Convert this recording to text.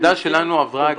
העמדה שלנו עברה,